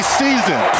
season